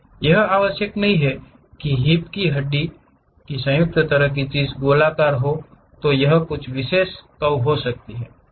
यह आवश्यक नहीं है कि हिप की हड्डी की संयुक्त तरह की चीज गोलाकार हो तो यह कुछ विशेष कर्व हो सकती है